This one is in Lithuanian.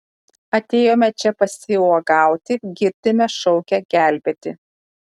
atėjome čia pasiuogauti girdime šaukia gelbėti